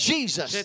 Jesus